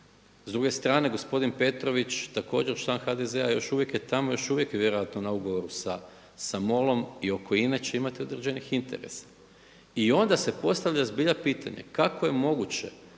S druge strane Gospodin Petrović također član HDZ-a još uvijek je tamo i još je vjerojatno na ugovoru sa MOL-om i oko INA-e će imati određenih interesa. I onda se postavlja zbilja pitanje, kako je moguće